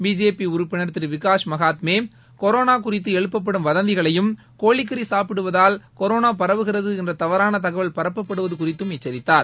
BJP உறுப்பினர் திரு Vikas Mahatme corona குறித்து எழுப்பப்படும் வதந்திகளையும் கோழிக்கறி சாப்பிடுவதால் கொரோனா பரவுகிறது என்ற தவறான தகவல் பரப்பப்படுவது குறித்து எச்சரித்தார்